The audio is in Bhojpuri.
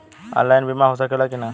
ऑनलाइन बीमा हो सकेला की ना?